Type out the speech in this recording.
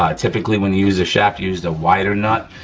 ah typically, when you use a shaft, use the wider nut.